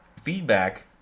feedback